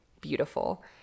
beautiful